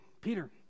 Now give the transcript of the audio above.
Peter